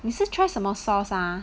你是 try 什么 sauce ah